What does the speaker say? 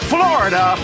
Florida